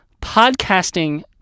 podcasting